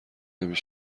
نمی